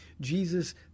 Jesus